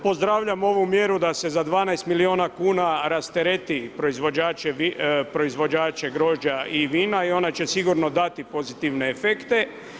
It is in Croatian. Pozdravljam ovu mjeru da se za 12 milijuna kn rastereti proizvođače grožđa i vina i ona će sigurno dati pozitivne efekte.